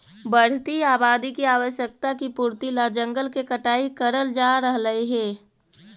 बढ़ती आबादी की आवश्यकता की पूर्ति ला जंगल के कटाई करल जा रहलइ हे